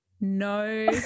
no